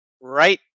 right